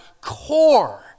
core